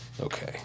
Okay